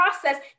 process